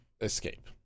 escape